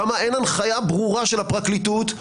למה אין הנחיה ברורה של הפרקליטות,